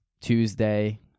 tuesday